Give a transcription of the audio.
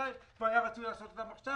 היה רצוי לעשות אותן עכשיו